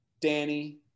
Danny